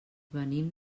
venim